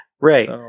Right